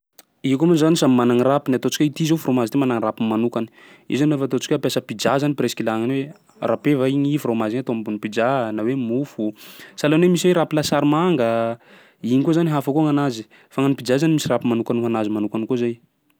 Io koa moa zany samby mana gny rapiny, ataontsika hoe ity zao frômazy ty zao mana rapiny manokany. Io zany lafa ataontsika hoe ampiasa pizza zany presque ilana ny hoe rapeva igny frômazy igny atao ambony pizza na hoe mofo. Sahalan'ny hoe misy hoe rapy lasary manga, iny koa zany hafa koa gny anazy. Fa gny an'ny pizza 'zany misy rapy manokany ho anazy manokany koa zay.